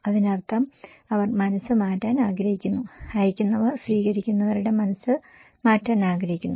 അതിനർത്ഥം അവർ മനസ്സ് മാറ്റാൻ ആഗ്രഹിക്കുന്നു അയയ്ക്കുന്നവർ സ്വീകരിക്കുന്നവരുടെ മനസ്സ് മാറ്റാൻ ആഗ്രഹിക്കുന്നു